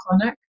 clinic